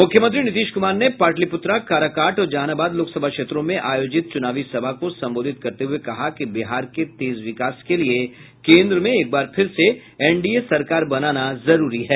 मुख्यमंत्री नीतीश कुमार ने पाटलिपुत्रा काराकाट और जहानाबाद लोकसभा क्षेत्रों में आयोजित चुनावी सभा को संबोधित करते हुये कहा कि बिहार के तेज विकास के लिये केंद्र में एक बार फिर से एनडीए सरकार बनाना जरूरी है